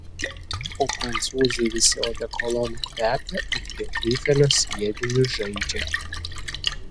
o prancūzai visi odekolonu kvepia ir prie eifelio sviediniu žaidžia